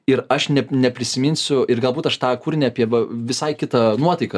ir aš nep neprisiminsiu ir galbūt aš tą kūrinį apie va visai kita nuotaika